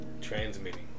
transmitting